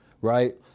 right